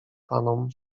panom